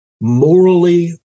morally